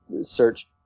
search